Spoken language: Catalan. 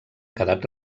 quedat